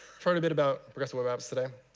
heard a bit about progressive web apps today,